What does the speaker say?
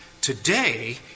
Today